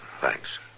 thanks